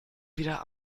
wieder